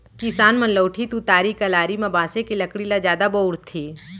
किसान मन लउठी, तुतारी, कलारी म बांसे के लकड़ी ल जादा बउरथे